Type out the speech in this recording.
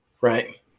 Right